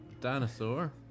dinosaur